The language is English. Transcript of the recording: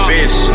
Bitch